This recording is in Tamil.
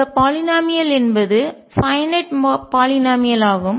இந்த பாலிநாமியல் என்பது பல்லுறுப்புக்கோவை பைன்நட் வரையறுக்கப்பட்ட பாலிநாமியல் ஆகும்